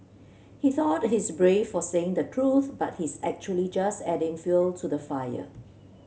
he thought he's brave for saying the truth but he's actually just adding fuel to the fire